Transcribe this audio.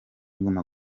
guma